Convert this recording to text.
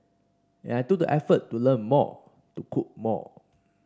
and I took the effort to learn more to cook more